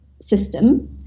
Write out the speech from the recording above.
system